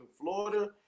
Florida